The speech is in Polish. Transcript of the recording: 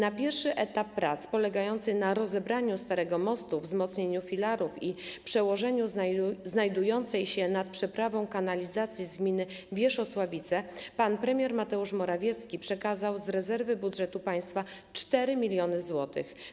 Na pierwszy etap prac polegający na rozebraniu starego mostu, wzmocnieniu filarów i przełożeniu znajdującej się nad przeprawą kanalizacji z gminy Wierzchosławice pan premier Mateusz Morawiecki przekazał z rezerwy budżetu państwa 4 mln zł.